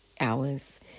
hours